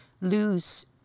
lose